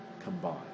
combined